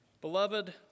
Beloved